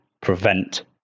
prevent